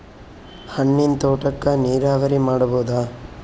ಹಣ್ಣಿನ್ ತೋಟಕ್ಕ ನೀರಾವರಿ ಮಾಡಬೋದ?